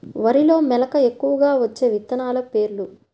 వరిలో మెలక ఎక్కువగా వచ్చే విత్తనాలు పేర్లు?